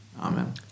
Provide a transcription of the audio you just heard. Amen